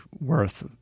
worth